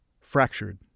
Fractured